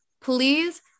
please